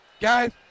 Guys